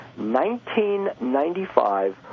$19.95